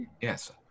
Yes